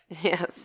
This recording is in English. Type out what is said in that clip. Yes